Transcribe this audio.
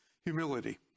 Humility